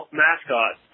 mascot